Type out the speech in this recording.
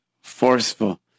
forceful